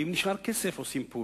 ואם נשאר כסף עושים פעולות.